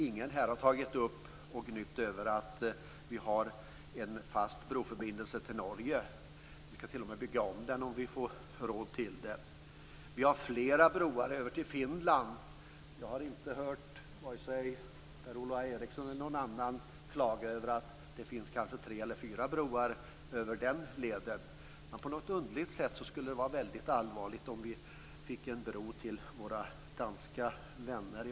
Ingen här har tagit upp och gnytt över att vi har en fast broförbindelse till Norge. Vi skall t.o.m. bygga om den om vi får råd till det. Vi har flera broar över till Finland. Jag har inte hört vare sig Per-Ola Eriksson eller någon annan klaga över att det finns kanske tre eller fyra broar över den leden. Men på något underligt sätt skulle det vara väldigt allvarligt om vi fick en bro till våra danska vänner.